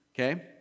okay